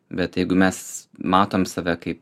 bet jeigu mes matom save kaip